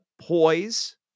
poise